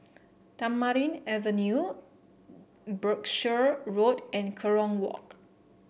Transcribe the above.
Tamarind Avenue Berkshire Road and Kerong Walk